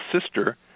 sister